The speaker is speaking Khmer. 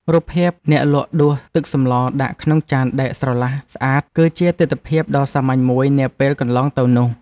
រូបភាពអ្នកលក់ដួសទឹកសម្លដាក់ក្នុងចានដែកស្រឡះស្អាតគឺជាទិដ្ឋភាពដ៏សាមញ្ញមួយនាពេលកន្លងទៅនោះ។